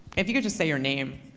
if you could just say your name,